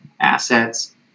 assets